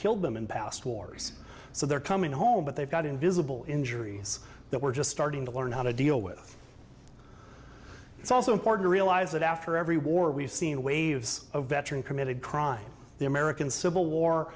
killed them in past wars so they're coming home but they've got invisible injuries that we're just starting to learn how to deal with it's also important to realize that after every war we've seen waves of veteran committed crime the american civil war